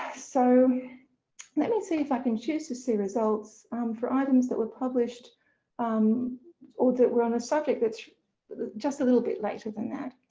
so let me see if i can choose to see results for items that were published umm or that were on a subject that's but just a little bit later than that.